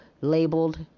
labeled